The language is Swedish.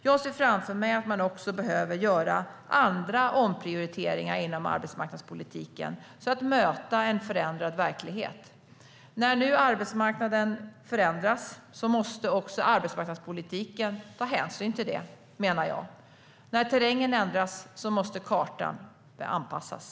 Jag ser framför mig att man också behöver göra andra omprioriteringar inom arbetsmarknadspolitiken för att möta en förändrad verklighet. När nu arbetsmarknaden förändras måste arbetsmarknadspolitiken ta hänsyn till det, menar jag. När terrängen ändras måste kartan anpassas.